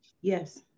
Yes